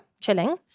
chilling